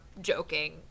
joking